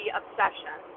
obsession